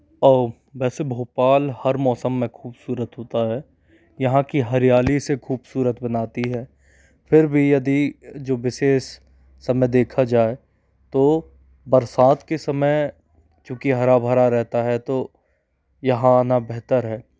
औ वैसे भोपाल हर मौसम में खूबसूरत होता है यहाँ की हरियाली इसे खूबसूरत बनाती है फिर भी यदि जो विशेष समय देखा जाए तो बरसात के समय क्योंकि हरा भरा रहता है तो यहाँ आना बेहतर है